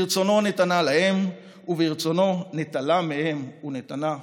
ברצונו נתנה להם וברצונו נטלה מהם ונתנה לנו".